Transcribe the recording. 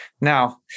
Now